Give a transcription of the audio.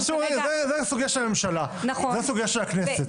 זו סוגיה של הממשלה, לא סוגיה של הכנסת.